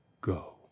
go